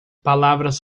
palavras